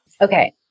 Okay